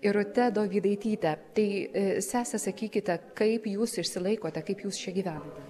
irute dovydaityte tai sese sakykite kaip jūs išsilaikote kaip jūs čia gyvenate